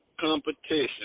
competition